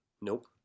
Nope